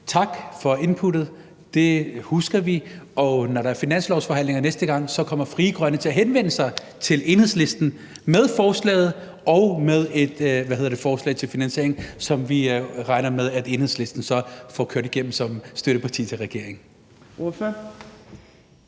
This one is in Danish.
tak for inputtet. Det husker vi, og når der er finanslovsforhandlinger næste gang, kommer Frie Grønne til at henvende sig til Enhedslisten med forslaget og med et forslag til finansiering, som vi regner med at Enhedslisten så får kørt igennem som støtteparti til regeringen.